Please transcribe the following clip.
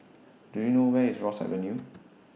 Do YOU know Where IS Ross Avenue